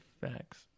Facts